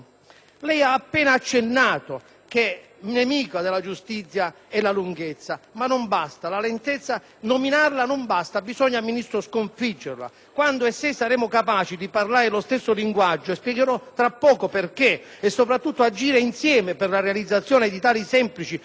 è la lentezza, ma non basta nominarla, signor Ministro, la lentezza: bisogna sconfiggerla. Quando e se saremo capaci di parlare lo stesso linguaggio - e spiegherò tra poco perché - e soprattutto di agire insieme per la realizzazione di tali semplici quanto decisivi obiettivi, il Paese ne trarrà le positive conseguenze.